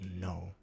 no